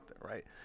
right